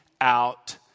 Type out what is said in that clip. out